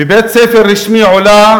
בבית-ספר רשמי היא עולה